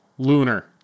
Lunar